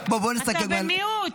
אני לא חושב שאני במיעוט, אבל בסדר.